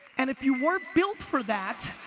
and if you weren't built for that,